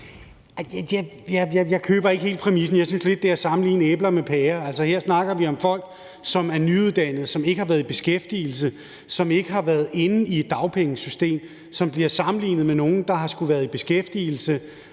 Jeg køber ikke helt præmissen. Jeg synes lidt, det er at sammenligne æbler med pærer. Altså, her snakker vi om folk, som er nyuddannede, som ikke har været i beskæftigelse, og som ikke har været inde i et dagpengesystem. De bliver sammenlignet med nogle, der har skullet være i beskæftigelse